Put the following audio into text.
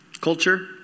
Culture